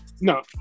No